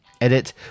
Edit